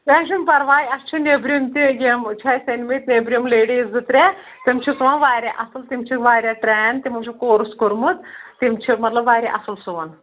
کیٚنٛہہ چھُنہٕ پَرواے اَسہِ چھُ نیٚبرِم تہِ یِم چھِ اَسہِ أنۍ مٕتۍ نیٚبرِم لیڈیٖز زٕ ترٛےٚ تِم چھِ سُوَان واریاہ اَصٕل تِم چھِ واریاہ ٹرٛین تِمن چھُ کورس کوٚرمُت تِم چھِ مطلب واریاہ اَصٕل سُوَان